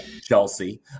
Chelsea